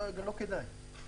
ולכן זה לא כדאי כלכלית.